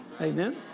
Amen